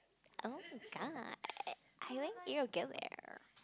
oh-my-god